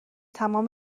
تمام